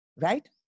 right